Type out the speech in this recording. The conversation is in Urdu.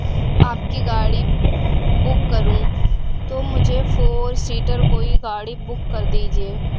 آپ کی گاڑی بک کروں تو مجھے فور سیٹر کوئی گاڑی بک کر دیجیے